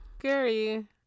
Gary